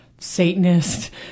Satanist